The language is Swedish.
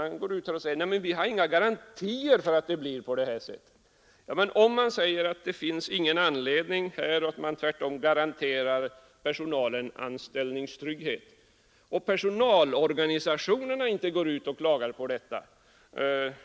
Ni säger: ”Vi har inga garantier för att det blir på det här sättet.” Men det sägs här att man garanterar personalen anställningstrygghet, och personalorganisationerna klagar inte på detta.